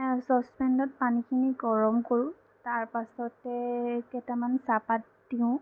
চচ্পেনত পানীখিনি গৰম কৰোঁ তাৰ পাছতে কেইটামান চাহপাত দিওঁ